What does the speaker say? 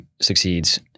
succeeds